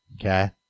Okay